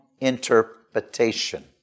interpretation